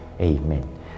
Amen